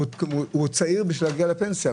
הוא צעיר כדי להגיע לפנסיה.